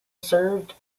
served